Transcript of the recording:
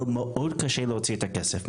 אבל מאוד קשה להוציא את הכסף.